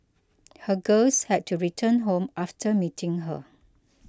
her girls had to return home after meeting her